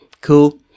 Cool